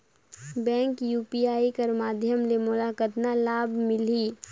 Bank UPI कर माध्यम ले मोला कतना लाभ मिली?